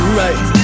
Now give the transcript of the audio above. right